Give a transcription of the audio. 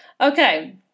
Okay